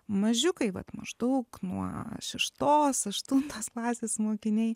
mažiukai vat maždaug nuo šeštos aštuntos klasės mokiniai